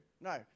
No